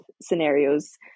scenarios